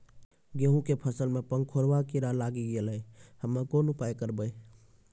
गेहूँ के फसल मे पंखोरवा कीड़ा लागी गैलै हम्मे कोन उपाय करबै?